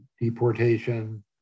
deportation